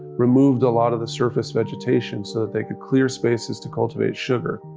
removed a lot of the surface vegetation so that they could clear spaces to cultivate sugar.